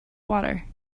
water